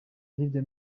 hirya